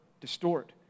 distort